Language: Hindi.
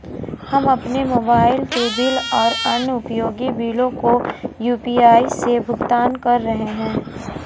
हम अपने मोबाइल के बिल और अन्य उपयोगी बिलों को यू.पी.आई से भुगतान कर रहे हैं